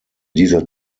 dieser